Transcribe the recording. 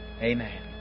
Amen